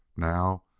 now,